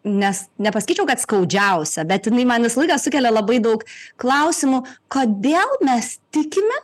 nes nepasakyčiau kad skaudžiausia bet jinai man visą laiką sukelia labai daug klausimų kodėl mes tikime